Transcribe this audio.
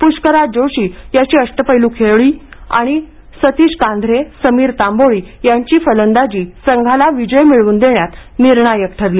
पुष्कराज जोशी याची अष्टपैलू खेळी आणि सतीश कांधरे समीर तांबोळी यांची फलंदाजी संघाला विजय मिळवून देण्यात निर्णायक ठरली